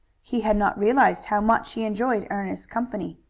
he had not realized how much he enjoyed ernest's company.